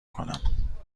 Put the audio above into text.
کنم